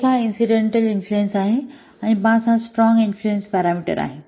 एक हा incidental influence आहे आणि 5 हा स्ट्रॉंग इन्फ्लुएन्स पॅरामीटर आहे